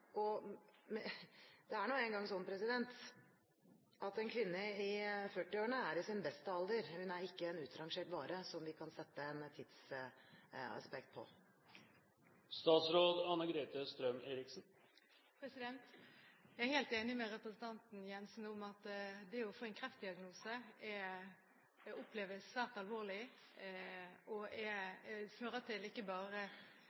Det er nå engang slik at en kvinne i 40-årene er i sin beste alder. Hun er ikke en utrangert vare som vi kan gi et tidsaspekt. Jeg er helt enig med representanten Jensen i at det å få en kreftdiagnose oppleves svært alvorlig og fører til kanskje ikke bare